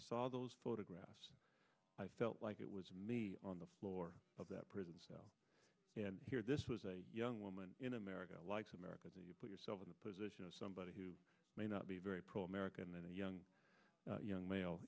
saw those photographs i felt like it was me on the floor of that prison cell and here this was a young woman in america likes americans and you put yourself in the position of somebody who may not be very pro american and the young young ma